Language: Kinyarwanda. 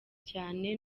cyane